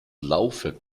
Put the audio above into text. laufwerk